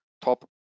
top